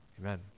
Amen